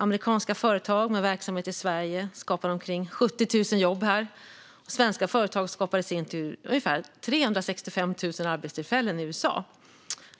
Amerikanska företag med verksamhet i Sverige skapar omkring 70 000 jobb här, och svenska företag skapar i sin tur ungefär 365 000 arbetstillfällen i USA.